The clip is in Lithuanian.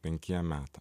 penkiem metam